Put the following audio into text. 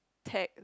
take